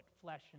flesh